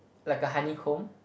like a honeycomb